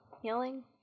Healing